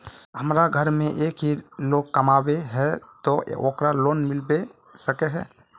हमरा घर में एक ही लोग कमाबै है ते ओकरा लोन मिलबे सके है?